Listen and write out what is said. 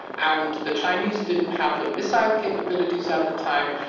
and the chinese didn't have the missile capabilities at the time.